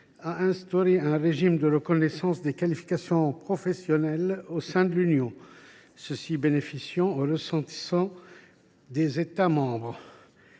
a institué un régime de reconnaissance des qualifications professionnelles au sein de l’Union, qui bénéficie aux ressortissants des États membres.